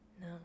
No